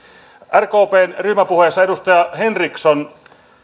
rkpn ryhmäpuheessa edustaja henriksson